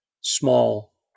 small